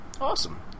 Awesome